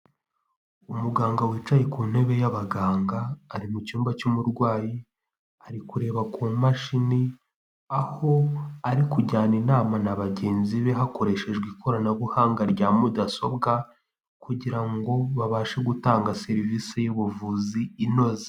Umuganga wicaye ku ntebe y'abaganga, ari mu cyumba cy'umurwayi, ari kureba ku mashini, aho ari kujyana inama na bagenzi be hakoreshejwe ikoranabuhanga rya mudasobwa, kugira ngo babashe gutanga service y'ubuvuzi inoze.